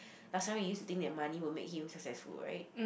last time he use to think that money will make him successful right